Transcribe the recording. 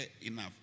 enough